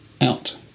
out